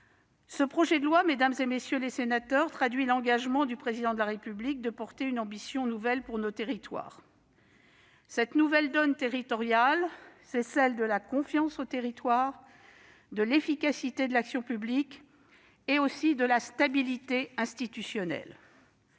les sénateurs, traduit l'engagement du Président de la République de porter une ambition nouvelle pour nos territoires. Cette « nouvelle donne territoriale », c'est celle de la confiance aux territoires, de l'efficacité de l'action publique et aussi de la stabilité institutionnelle.